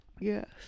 yes